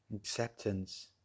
Acceptance